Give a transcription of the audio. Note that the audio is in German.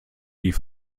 wie